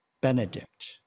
benedict